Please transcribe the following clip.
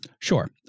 Sure